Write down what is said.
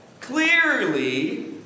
Clearly